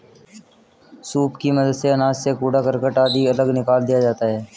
soup की मदद से अनाज से कूड़ा करकट आदि अलग निकाल दिया जाता है